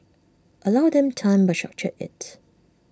allow them time but structure IT